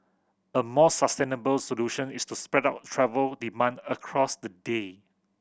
a more sustainable solution is to spread out travel demand across the day